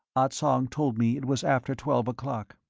ah tsong told me it was after twelve o'clock.